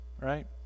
right